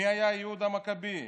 מי היה יהודה המכבי,